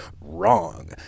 Wrong